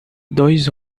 dois